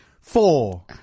Four